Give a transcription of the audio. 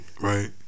Right